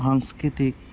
সংস্কৃতিক